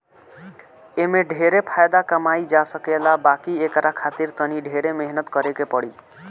एमे ढेरे फायदा कमाई जा सकेला बाकी एकरा खातिर तनी ढेरे मेहनत करे के पड़ी